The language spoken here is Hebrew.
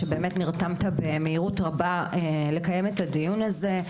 שבאמת נרתמת במהירות רבה לקיים את הדיון הזה.